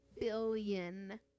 Billion